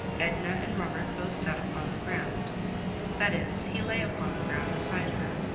edna and robert both sat upon the ground that is, he lay upon the ground beside her,